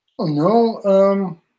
No